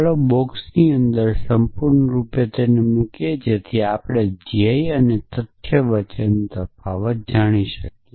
ચાલો બોક્સની અંદર સંપૂર્ણ રૂપે મૂકીએ જેથી આપણે ધ્યેય અને તથ્ય વચ્ચે તફાવત જાણી શકીએ